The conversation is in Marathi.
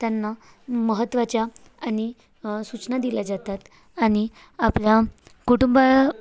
त्यांना महत्त्वाच्या आणि सूचना दिल्या जातात आणि आपल्या कुटुंबा